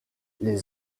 les